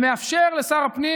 נוהל שמאפשר לשר הפנים,